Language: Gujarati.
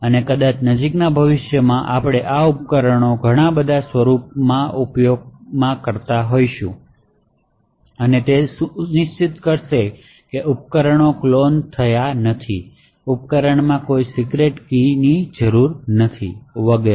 અને કદાચ નજીકના ભવિષ્યમાં આપણે આ ઉપકરણોમાં ઘણા બધા સ્વરૂપોનો ઉપયોગ કરીશું અને તે સુનિશ્ચિત કરશે કે ઉપકરણો ક્લોન નહીં થાયઉપકરણમાં કોઈ સિક્રેટ કી ની જરૂર નથી વગેરે